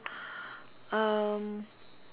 um